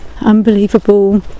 unbelievable